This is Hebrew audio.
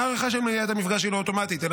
ההארכה של מניעת המפגש היא לא אוטומטית אלא